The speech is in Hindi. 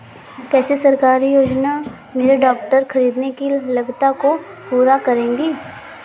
कौन सी सरकारी योजना मेरे ट्रैक्टर ख़रीदने की लागत को पूरा करेगी?